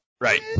right